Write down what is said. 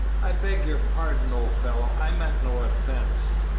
i beg your pardon, old fellow i meant no offence.